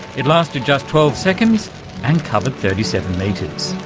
it lasted just twelve seconds and covered thirty seven metres.